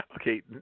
Okay